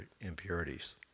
impurities